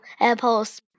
apples